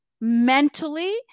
mentally